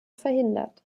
verhindert